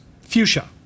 fuchsia